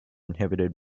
inhibited